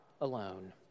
alone